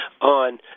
on